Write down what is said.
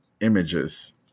images